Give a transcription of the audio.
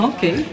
Okay